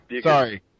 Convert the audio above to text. Sorry